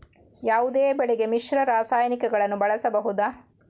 ಯಾವುದೇ ಬೆಳೆಗೆ ಮಿಶ್ರ ರಾಸಾಯನಿಕಗಳನ್ನು ಬಳಸಬಹುದಾ?